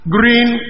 Green